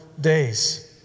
days